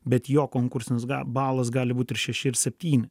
bet jo konkursinis balas gali būti ir šeši ir septyni